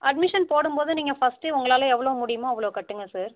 admission போடும் போது நீங்கள் ஃபர்ஸ்ட்டே உங்களால் எவ்வளோ முடியுமோ அவ்வளோ கட்டுங்கள் சார்